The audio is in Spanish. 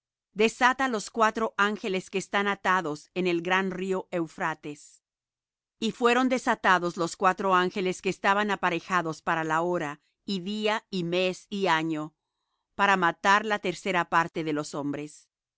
desata los cuatro ángeles que están atados en el gran río eufrates y fueron desatados los cuatro ángeles que estaban aparejados para la hora y día y mes y año para matar la tercera parte de los hombres